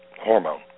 hormone